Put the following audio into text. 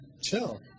chill